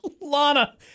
Lana